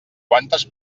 quantes